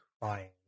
crying